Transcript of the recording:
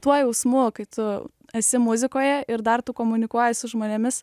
tuo jausmu kai tu esi muzikoje ir dar tu komunikuoji su žmonėmis